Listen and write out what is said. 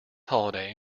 holiday